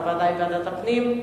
הוועדה היא ועדת הפנים.